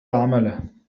عمله